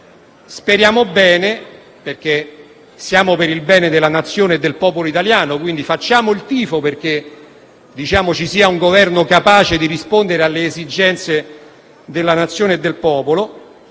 positivamente, perché siamo per il bene della Nazione e del popolo italiano. Quindi, facciamo il tifo perché ci sia un Governo capace di rispondere alle esigenze della Nazione e del popolo.